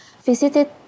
visited